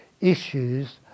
issues